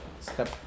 step